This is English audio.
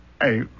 Hey